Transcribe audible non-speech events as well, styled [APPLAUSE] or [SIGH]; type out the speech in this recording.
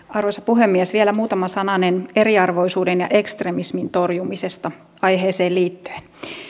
[UNINTELLIGIBLE] arvoisa puhemies vielä muutama sananen eriarvoisuuden ja ekstremismin torjumisesta aiheeseen liittyen